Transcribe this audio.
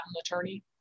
attorney